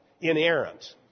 inerrant